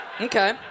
Okay